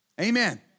Amen